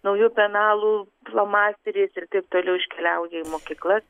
nauju penalu flomasteriais ir taip toliau iškeliauja į mokyklas